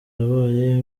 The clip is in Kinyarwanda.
yabaye